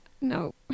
No